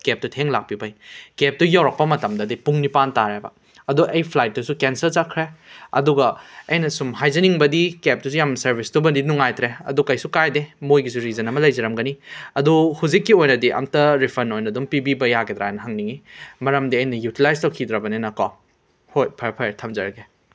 ꯀꯦꯞꯇꯣ ꯊꯦꯡꯅ ꯂꯥꯛꯄꯤꯕꯩ ꯀꯦꯞꯇꯣ ꯌꯧꯔꯛꯄ ꯃꯇꯝꯗꯗꯤ ꯄꯨꯡ ꯅꯤꯄꯥꯟ ꯇꯥꯔꯦꯕ ꯑꯗꯣ ꯑꯩ ꯐ꯭ꯂꯥꯏꯇꯨꯁꯨ ꯀꯦꯟꯁꯦꯜ ꯆꯠꯈ꯭ꯔꯦ ꯑꯗꯨꯒ ꯑꯩꯅ ꯁꯨꯝ ꯍꯥꯏꯖꯅꯤꯡꯕꯗꯤ ꯀꯦꯞꯇꯨꯁꯨ ꯌꯥꯝ ꯁꯔꯕꯤꯁꯇꯨꯃꯗꯤ ꯅꯨꯡꯉꯥꯏꯇ꯭ꯔꯦ ꯑꯗꯣ ꯀꯩꯁꯨ ꯀꯥꯏꯗꯦ ꯃꯣꯏꯒꯤꯁꯨ ꯔꯤꯖꯟ ꯑꯃ ꯂꯩꯖꯔꯝꯒꯅꯤ ꯑꯗꯣ ꯍꯧꯖꯤꯛꯀꯤ ꯑꯣꯏꯅꯗꯤ ꯑꯝꯇ ꯔꯤꯐꯟ ꯑꯣꯏꯅ ꯑꯗꯨꯝ ꯄꯤꯕꯤꯕ ꯌꯥꯒꯗ꯭ꯔꯥꯅ ꯍꯪꯅꯤꯡꯉꯤ ꯃꯔꯝꯗꯤ ꯑꯩꯅ ꯌꯨꯇꯤꯂꯥꯏꯁ ꯇꯧꯈꯤꯗ꯭ꯔꯕꯅꯤꯅ ꯀꯣ ꯍꯣꯏ ꯐꯔꯦ ꯐꯔꯦ ꯊꯝꯖꯔꯒꯦ